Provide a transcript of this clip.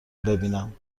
ببینم